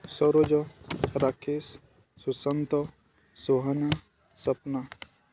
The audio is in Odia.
ସରୋଜ ରାକେଶ ସୁଶାନ୍ତ ସୁହାନା ସ୍ୱପ୍ନା